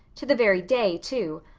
to the very day, too.